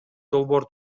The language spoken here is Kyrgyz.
долбоор